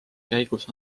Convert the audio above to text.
käigus